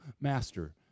master